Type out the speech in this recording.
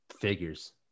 Figures